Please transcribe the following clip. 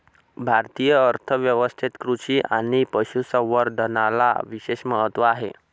भारतीय अर्थ व्यवस्थेत कृषी आणि पशु संवर्धनाला विशेष महत्त्व आहे